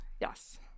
Yes